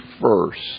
first